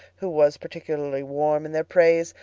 who was particularly warm in their praise,